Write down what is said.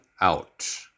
Out